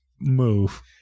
Move